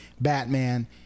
Batman